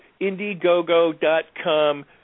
Indiegogo.com